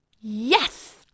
Yes